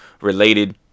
related